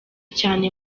cyane